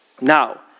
Now